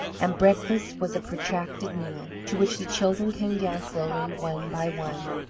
and breakfast was a protracted meal, to which the children came down slowly one by one.